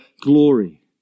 glory